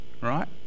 right